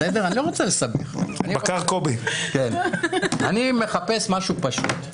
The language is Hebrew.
אני לא רוצה לסבך, אני מחפש משהו פשוט.